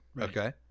okay